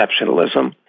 exceptionalism